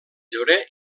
llorer